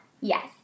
Yes